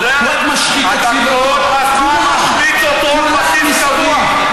ומה שקורה מזה זה פגיעה במדינת ישראל,